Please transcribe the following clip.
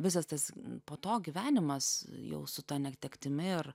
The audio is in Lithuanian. visas tas po to gyvenimas jau su ta netektimi ir